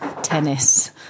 Tennis